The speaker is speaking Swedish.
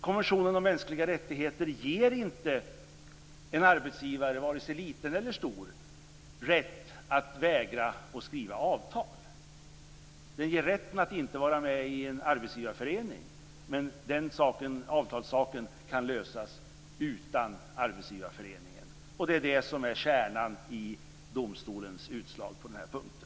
Konventionen om mänskliga rättigheter ger inte en arbetsgivare, vare sig liten eller stor, rätt att vägra att skriva avtal. Den ger rätten att inte vara med i en arbetsgivarförening. Men avtalsfrågan kan lösas utan arbetsgivarföreningen. Det är det som är kärnan i domstolens utslag på den här punkten.